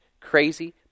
crazy